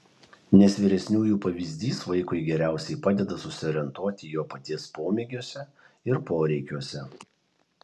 nes vyresniųjų pavyzdys vaikui geriausiai padeda susiorientuoti jo paties pomėgiuose ir poreikiuose